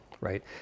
right